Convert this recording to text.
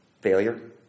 failure